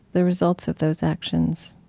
the results of those actions